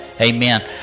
amen